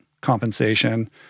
compensation